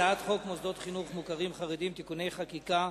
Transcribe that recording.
הצעת חוק מוסדות חינוך מוכרים חרדיים (תיקוני חקיקה),